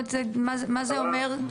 אנחנו נשמח שתבואו,